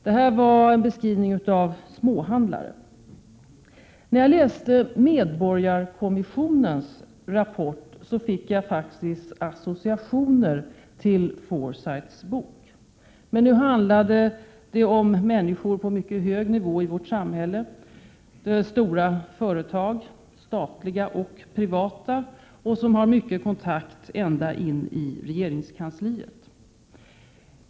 Detta var en beskrivning av småhandlare. När jag läste medborgarkommissionens rapport fick jag faktiskt associationer till Forsyths bok. Men nu handlade det om människor på mycket högre nivå i samhället; det var stora företag, statliga och privata, som hade många kontakter, ända in i regeringskansliet.